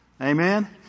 Amen